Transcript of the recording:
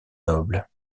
nobles